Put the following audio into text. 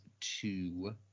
two